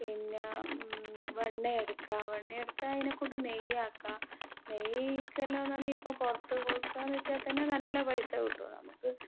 പിന്നെ വെണ്ണയെടുക്കാം വെണ്ണയെടുത്ത് അതിനെക്കൊണ്ട് നെയ്യാക്കാം നെയ്ക്കെല്ലാമെന്ന് പറഞ്ഞാൽ ഇപ്പം പുറത്ത് കൊടുക്കാമെന്ന് വെച്ചാൽ തന്നെ നല്ല പൈസ കിട്ടും നമുക്ക്